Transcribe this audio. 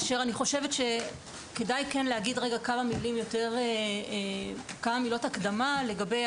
חושבת שכן כדאי להגיד רגע כמה מילות הקדמה לגבי